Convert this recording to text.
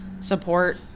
support